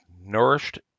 nourished